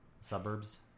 suburbs